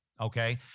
okay